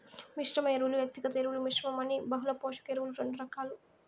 మిశ్రమ ఎరువులు, వ్యక్తిగత ఎరువుల మిశ్రమం అని బహుళ పోషక ఎరువులు రెండు రకాలు